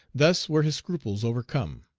thus were his scruples overcome.